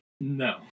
No